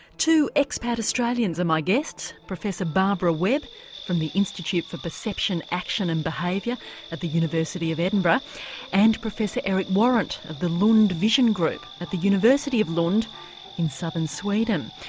two expat australians are my guests professor barbara webb from the institute for perception, action and behaviour at the university of edinburgh and professor eric warrant of the lund vision group at the university of lund in southern sweden.